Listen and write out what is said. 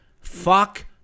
Fuck